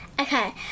Okay